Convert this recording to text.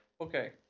Okay